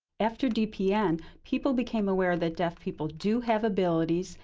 after dpn, people became aware that deaf people do have abilities,